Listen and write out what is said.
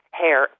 hair